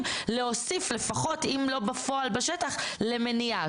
להוסיף לפחות אם לא בפועל בשטח למניעה.